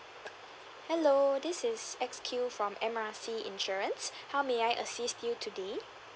hello this is X Q from M R C insurance how may I assist you today